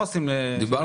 סוגרים